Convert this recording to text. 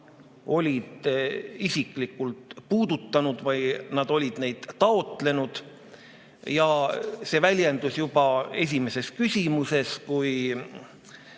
on isiklikult puudutanud, kes on neid taotlenud. See väljendus juba esimeses küsimuses, kui